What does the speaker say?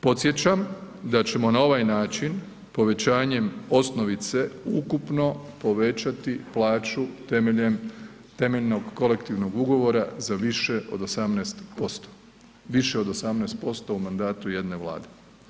Podsjećam da ćemo na ovaj način povećanjem osnovice ukupno povećati plaću temeljem temeljnog kolektivnog ugovora za više od 18%, više od 18% u mandatu jedne vlade.